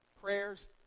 prayers